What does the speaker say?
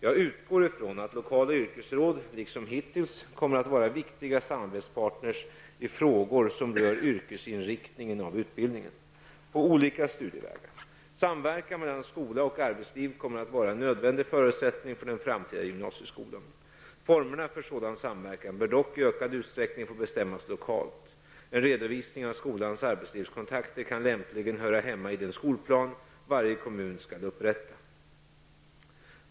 Jag utgår i från att lokala yrkesråd -- liksom hittills -- kommer att vara viktiga samarbetspartners i frågor som rör yrkesinriktningen av utbildningen på olika studievägar. Samverkan mellan skola och arbetsliv kommer att vara en nödvändig förutsättning för den framtida gymnasieskolan. Formerna för sådan samverkan bör dock i ökad utsträckning få bestämmas lokalt. En redovisning av skolans arbetslivskontakter kan lämligen höra hemma i den skolplan varje kommun skall upprätta.